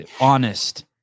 Honest